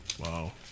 Wow